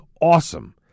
awesome